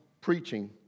preaching